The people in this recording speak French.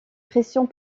pressions